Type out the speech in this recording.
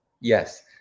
Yes